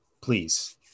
please